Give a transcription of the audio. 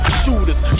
shooters